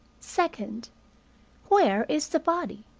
second where is the body?